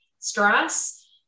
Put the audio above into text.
Stress